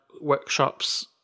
workshops